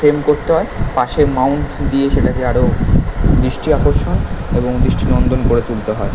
frame করতে হয় পাশে মাউন্ট দিয়ে সেটাকে আরো দৃষ্টি আকর্ষণ এবং দৃষ্টিনন্দন করে তুলতে হয়